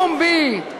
פומבית,